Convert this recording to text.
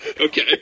okay